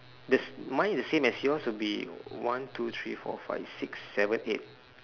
does mine is same as yours will be one two three four five six seven eight